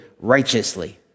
righteously